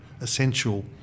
essential